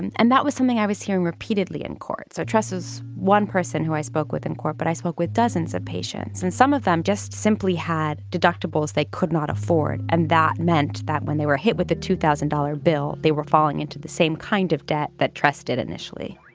and and that was something i was hearing repeatedly in court so trust is one person who i spoke with in court. but i spoke with dozens of patients and some of them just simply had deductibles they could not afford. and that meant that when they were hit with a two thousand dollar bill they were falling into the same kind of debt that trusted initially